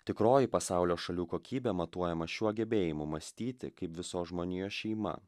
tikroji pasaulio šalių kokybė matuojama šiuo gebėjimu mąstyti kaip visos žmonijos šeima